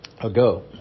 ago